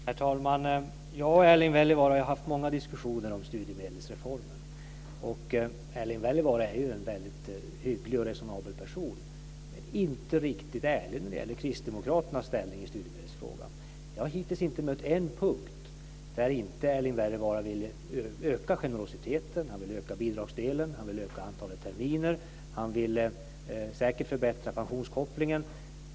Herr talman! Jag och Erling Wälivaara har haft många diskussioner om studiemedelsreformen. Och Erling Wälivaara är en mycket hygglig och resonabel person men inte riktigt ärlig när det gäller kristdemokraternas ställning i studiemedelsfrågan. Jag har hittills inte hört att Erling Wälivaara på någon punkt inte har velat öka generositeten. Han vill öka bidragsdelen, han vill öka antalet terminer som studiemedel utgår, och han vill säkert förbättra pensionskopplingen.